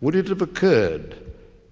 would it have occurred